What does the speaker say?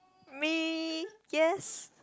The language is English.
me yes